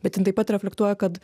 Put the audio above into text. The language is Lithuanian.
bet jin taip pat reflektuoja kad